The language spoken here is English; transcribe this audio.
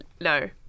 No